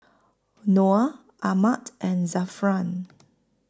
Noah Ahmad and Zafran